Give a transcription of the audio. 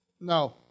no